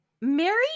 Mary